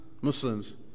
Muslims